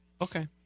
Okay